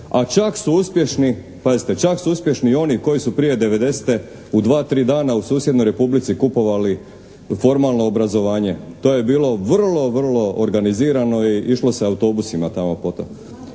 a čak su uspješni, pazite čak su uspješni i oni koji su prije '90. u dva, tri dana u susjednoj republici kupovali formalno obrazovanje. To je bilo vrlo, vrlo organizirano i išlo se autobusima tamo po to